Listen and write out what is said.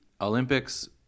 Olympics